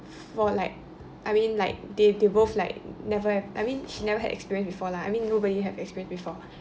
for like I mean like they they both like never have I mean she never had experience lah before I mean nobody have experience before